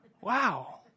wow